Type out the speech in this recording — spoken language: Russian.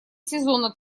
сезона